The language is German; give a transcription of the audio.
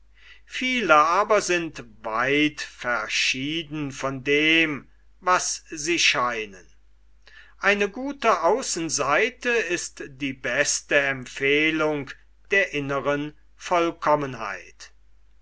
viele aber sind weit verschieden von dem was sie scheinen eine gute außenseite ist die beste empfehlung der inneren vollkommenheit